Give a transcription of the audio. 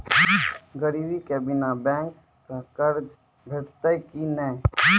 गिरवी के बिना बैंक सऽ कर्ज भेटतै की नै?